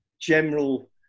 general